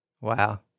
Wow